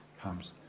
comes